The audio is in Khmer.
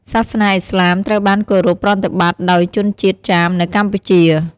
សាសនាអ៊ីស្លាមត្រូវបានគោរពប្រតិបត្តិដោយជនជាតិចាមនៅកម្ពុជា។